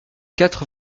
quatre